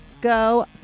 go